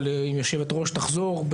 או אם יושבת הראש תחזור,